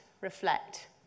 reflect